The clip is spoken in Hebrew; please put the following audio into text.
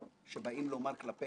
את מה שאומרים חברי הוועדה,